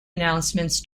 announcements